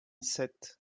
sept